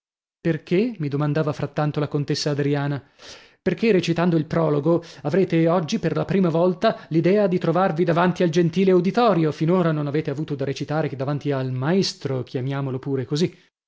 perchè mi domandava frattanto la contessa adriana perchè recitando il prologo avrete oggi per la prima volta l'idea di trovarvi davanti al gentile uditorio finora non avete avuto da recitare che davanti al maestro chiamiamolo pure così